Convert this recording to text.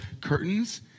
curtains